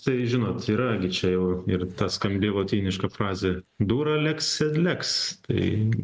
tai žinot yra gi čia jau ir ta skambi lotyniška frazė dura lex sed lex tai